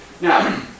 Now